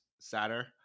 sadder